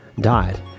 died